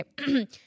Okay